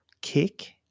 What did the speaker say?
kick